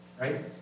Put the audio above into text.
right